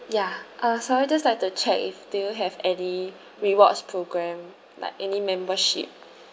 ya uh sorry just like to check if do you have any rewards program like any membership